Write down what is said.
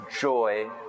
joy